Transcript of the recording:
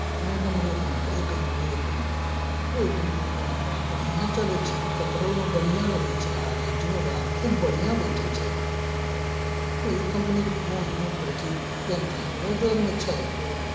कोन कम्पनीके पेन होतै ई कम्पनीके पेन ओहि कम्पनीके पेन तऽ बड़ा बढ़िआँ चलै छै हौ पकड़होमे बढ़िआँ लगै छै आ राइटिंगो बड़ा खूब बढ़िआँ बैठै छै ओहिमे ओहि कम्पनीके पेन अथी पेन तऽ हमरो जौरमे छै हौ